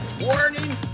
Warning